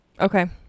Okay